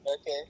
Okay